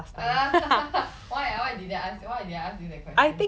why ah why did they ask you why did I ask you that question